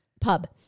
pub